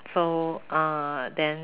so uh then